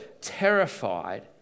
terrified